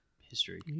history